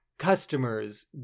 customers